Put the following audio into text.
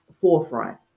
forefront